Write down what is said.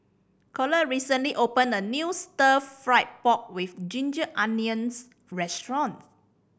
Collette recently opened a new Stir Fry pork with ginger onions restaurant